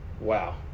Wow